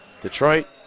Detroit